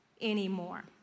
anymore